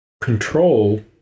control